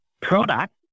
product